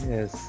Yes